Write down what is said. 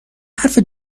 حرف